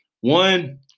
One